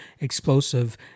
explosive